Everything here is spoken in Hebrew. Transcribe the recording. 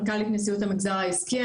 מנכ"לית המגזר העסקי,